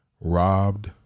Robbed